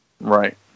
right